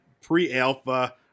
Pre-alpha